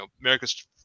America's